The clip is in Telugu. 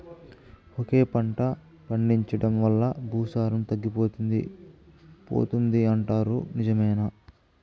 ఒకే పంట పండించడం వల్ల భూసారం తగ్గిపోతుంది పోతుంది అంటారు నిజమేనా